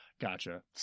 Gotcha